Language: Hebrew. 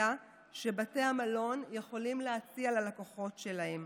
שבתי המלון יכולים להציע ללקוחותיהם,